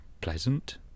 pleasant